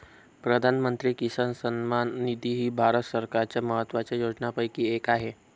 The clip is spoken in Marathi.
प्रधानमंत्री किसान सन्मान निधी ही भारत सरकारच्या महत्वाच्या योजनांपैकी एक आहे